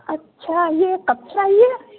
اچھا یہ کب سے آئی ہے